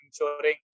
ensuring